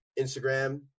Instagram